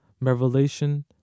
revelation